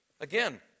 again